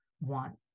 want